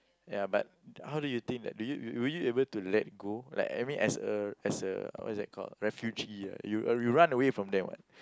ya but how do you think that do you would you able to let go like I mean as a as a what's that called a refugee ah you you run away from them what